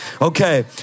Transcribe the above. Okay